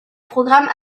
programme